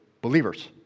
believers